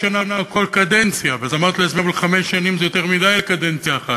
או, הנה, יש גם נציג של הממשלה.